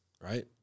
Right